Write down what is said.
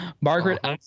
Margaret